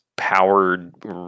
Powered